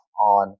on